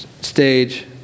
stage